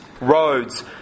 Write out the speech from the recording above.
roads